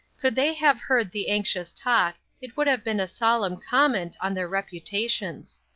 could they have heard the anxious talk it would have been a solemn comment on their reputations.